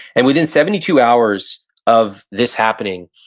and within seventy two hours of this happening,